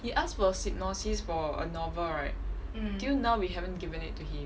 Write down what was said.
he ask for a synopsis for a novel right till now we haven't given it to him